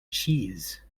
cheese